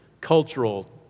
cultural